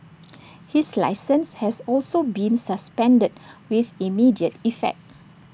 his licence has also been suspended with immediate effect